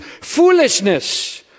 Foolishness